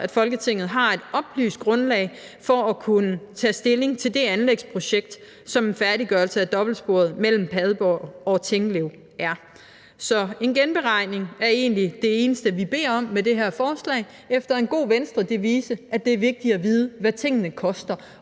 at Folketinget har et oplyst grundlag for at kunne tage stilling til det anlægsprojekt, som en færdiggørelse af dobbeltsporet mellem Padborg og Tinglev er. Så en genberegning er egentlig det eneste, vi beder om med det her forslag – efter en god Venstredevise, nemlig at det er vigtigt at vide, hvad tingene koster,